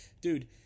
dude